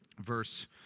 verse